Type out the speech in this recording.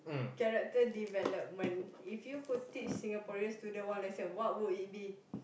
character development if you could teach Singaporean student one lesson what would it be